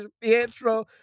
Pietro